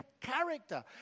character